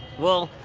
well,